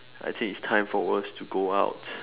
I think it's time for us to go out